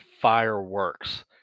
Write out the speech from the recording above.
fireworks